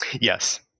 yes